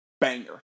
banger